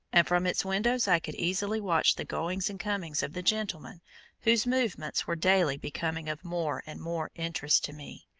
and from its windows i could easily watch the goings and comings of the gentleman whose movements were daily becoming of more and more interest to me.